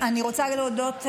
אני רוצה להודות,